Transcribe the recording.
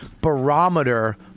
barometer